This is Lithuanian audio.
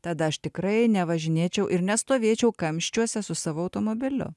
tada aš tikrai nevažinėčiau ir nestovėčiau kamščiuose su savo automobiliu